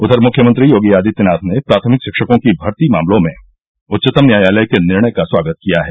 उधर मुख्यमंत्री योगी आदित्यनाथ ने प्राथमिक शिक्षकों की भर्ती मामलों में उच्चतम न्यायालय के निर्णय का स्वागत किया है